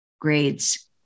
grades